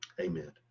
Amen